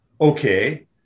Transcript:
okay